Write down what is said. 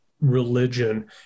religion